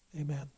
Amen